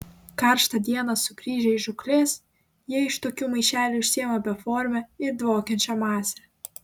karštą dieną sugrįžę iš žūklės jie iš tokių maišelių išsiima beformę ir dvokiančią masę